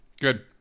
good